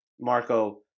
Marco